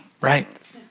Right